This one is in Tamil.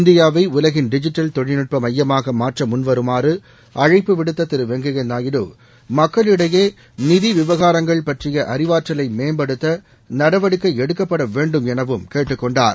இந்தியாவை உலகின் டிஜிட்டல் தொழில்நுட்ப மையமாக மாற்ற முன்வருமாறு அழைப்பு விடுத்த திரு வெங்கைய நாயுடு மக்களிடையே நிதி விவகாரங்கள் பற்றிய அறிவாற்றலை மேம்படுத்த நடவடிக்கை எடுக்கப்பட வேண்டும் எனவும் கேட்டுக் கொண்டார்